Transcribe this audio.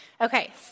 Okay